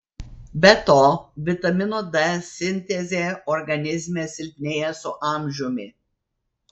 be to vitamino d sintezė organizme silpnėja su amžiumi